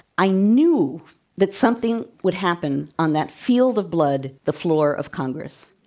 i knew that something would happen on that field of blood, the floor of congress.